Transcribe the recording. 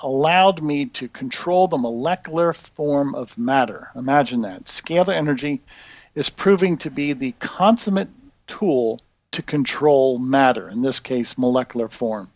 allowed me to control the molecular form of matter imagine that scale the energy is proving to be the consummate tool to control matter in this case molecular form